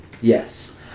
Yes